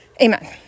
Amen